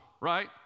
right